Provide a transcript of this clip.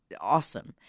awesome